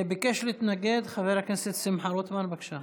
ביקש להתנגד חבר הכנסת שמחה רוטמן, בבקשה.